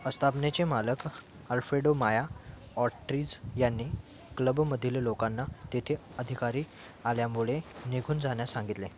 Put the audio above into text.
आस्थापनेचे मालक अल्फेडो Maya Autries यांनी क्लबमधील लोकांना तेथे अधिकारी आल्यामुळे निघून जाण्यास सांगितले